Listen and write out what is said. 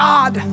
God